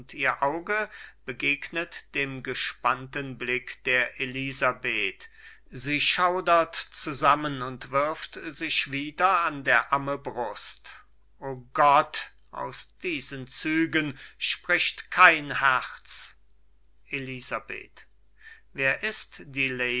ihr auge begegnet dem gespannten blick der elisabeth sie schaudert zusammen und wirft sich wieder an der amme brust o gott aus diesen zügen spricht kein herz elisabeth wer ist die